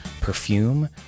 perfume